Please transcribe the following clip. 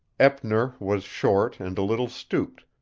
eppner was short and a little stooped,